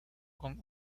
con